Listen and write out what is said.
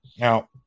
Now